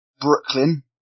Brooklyn